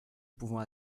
pouvant